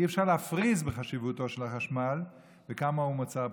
אי-אפשר להפריז בחשיבותו של החשמל וכמה הוא מוצר בסיסי.